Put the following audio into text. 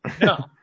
No